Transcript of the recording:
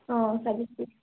অঁ